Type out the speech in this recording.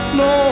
no